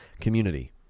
community